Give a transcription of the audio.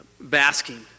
Basking